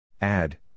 Add